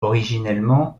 originellement